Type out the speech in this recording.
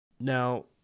Now